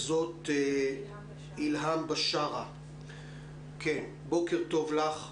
אילהאם בשארה, בוקר טוב לך.